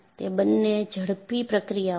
તે બંને ઝડપી પ્રક્રિયાઓ છે